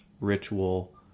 ritual